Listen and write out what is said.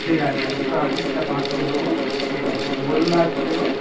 ঠিক আছে একশো আশিরটা পাঁচশো দেবো ঠিক আছে বলুন আর কী দেবো